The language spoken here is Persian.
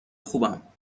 خوبم